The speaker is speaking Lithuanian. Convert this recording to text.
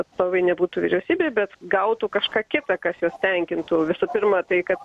atstovai nebūtų vyriausybėj bet gautų kažką kitą kas juos tenkintų visų pirma tai kad